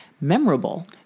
memorable